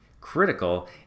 critical